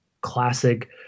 classic